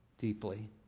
deeply